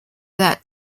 that